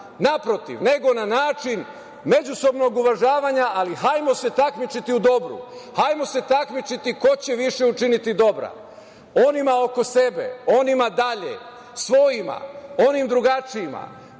Naprotiv, nego na način međusobnog uvažavanja. Ali, hajmo se takmičiti u dobru. Hajmo se takmičiti ko će više učiniti dobra onima oko sebe, onima dalje, svojima, onim drugačijima,